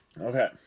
Okay